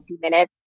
minutes